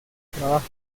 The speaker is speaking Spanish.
trabajos